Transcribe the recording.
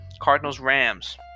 Cardinals-Rams